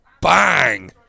BANG